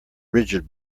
rigid